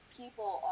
people